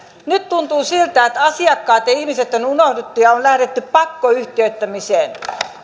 nyt tuntuu siltä että asiakkaat ja ihmiset on unohdettu ja on lähdetty pakkoyhtiöittämiseen